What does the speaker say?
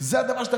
אבל אני משלם,